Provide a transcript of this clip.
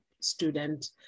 student